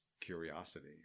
curiosity